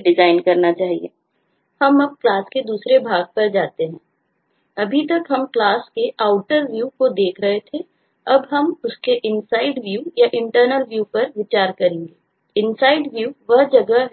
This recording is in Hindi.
डिजाइन करना चाहिए